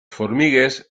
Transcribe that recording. formigues